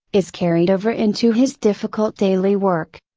is carried over into his difficult daily work.